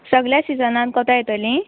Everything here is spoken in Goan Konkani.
सगल्या सिजनान कोंता येतलीं